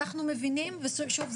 שוב,